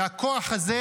והכוח הזה,